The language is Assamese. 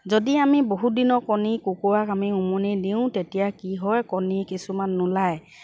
যদি আমি বহুত দিনৰ কণী কুকুৱাক আমি উমনি দিওঁ তেতিয়া কি হয় কণী কিছুমান নোলায়